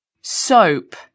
soap